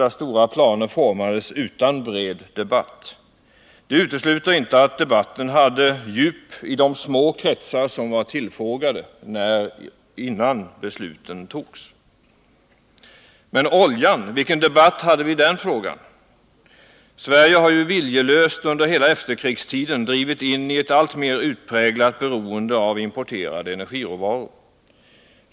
Där formades stora planer utan bred debatt. Det utesluter inte att debatten hade djup i de små kretsar som var tillfrågade innan besluten fattades. Men oljan — vilken debatt hade vi i den frågan? Sverige har ju viljelöst under hela efterkrigstiden drivit in i ett alltmer utpräglat beroende av importerade energiråvaror.